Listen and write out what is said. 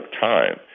time